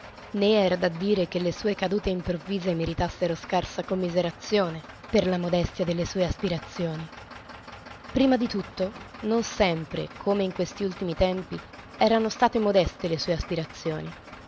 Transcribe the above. né era da dire che le sue cadute improvvise meritassero scarsa commiserazione per la modestia delle sue aspirazioni prima di tutto non sempre come in questi ultimi tempi erano state modeste le sue aspirazioni